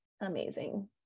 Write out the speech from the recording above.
Amazing